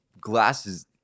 glasses